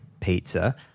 Pizza